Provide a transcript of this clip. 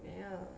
没有 ah